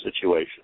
situation